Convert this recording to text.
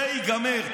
זה ייגמר.